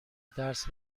درس